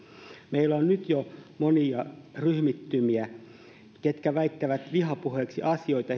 meillä on nyt jo monia ryhmittymiä jotka väittävät vihapuheeksi asioita